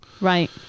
Right